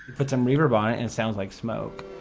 but some reverb on it and it sounds like smoke.